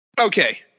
okay